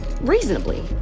reasonably